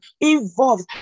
involved